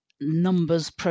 numbers